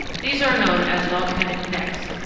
these are known as volcanic necks,